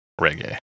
reggae